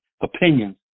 opinions